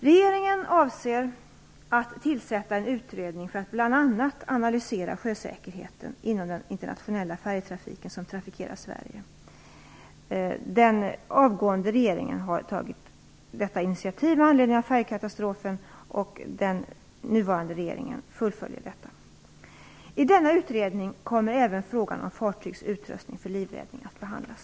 Regeringen avser att tillsätta en utredning för att bl.a. analysera sjösäkerheten inom den internationella färjetrafiken som trafikerar Sverige. Den avgående regeringen har tagit detta initiativ med anledning av Estoniakatastrofen, och den nuvarande regeringen fullföljer detta. I denna utredning kommer även frågan om fartygs utrustning för livräddning att behandlas.